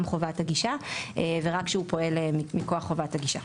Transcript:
חובת הגישה ורק שהוא פועל מכוח חובת הגישה.